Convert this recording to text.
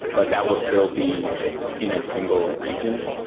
but that will still be in a single region.